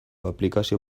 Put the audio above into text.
aplikazio